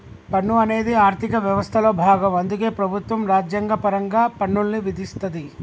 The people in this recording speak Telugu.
పన్ను అనేది ఆర్థిక వ్యవస్థలో భాగం అందుకే ప్రభుత్వం రాజ్యాంగపరంగా పన్నుల్ని విధిస్తది